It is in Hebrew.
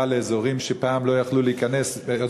לאזורים שפעם לא יכלו להיכנס אליהם,